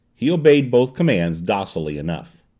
he obeyed both commands docilely enough.